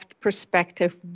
perspective